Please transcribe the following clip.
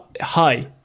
hi